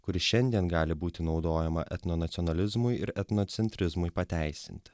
kuri šiandien gali būti naudojama etnonacionalizmui ir etnocentrizmui pateisinti